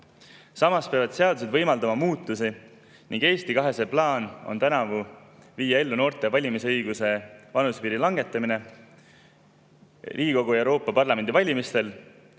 Samas peavad seadused võimaldama muutusi. Eesti 200 plaan on tänavu viia ellu noorte valimisõiguse vanusepiiri langetamine Riigikogu ja Euroopa Parlamendi valimistel.